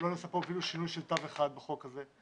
נעשה פה אפילו שינוי של תו אחד בחוק הזה.